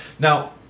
Now